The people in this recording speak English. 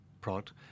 product